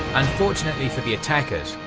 unfortunately for the attackers,